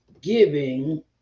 giving